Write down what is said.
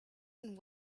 and